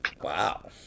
Wow